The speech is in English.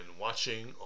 watching